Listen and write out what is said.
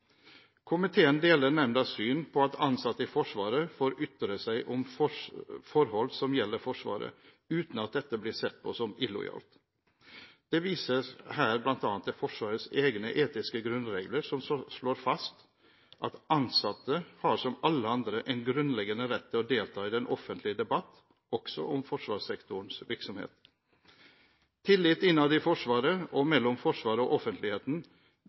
om forhold som gjelder Forsvaret, uten at dette blir sett på som illojalt. Det vises her bl.a. til Forsvarets egne etiske grunnregler, som slår fast at «ansatte har som alle andre en grunnleggende rett til å delta i den offentlige debatt, også om forsvarssektorens virksomhet». Tillit innad i Forsvaret og mellom Forsvaret og offentligheten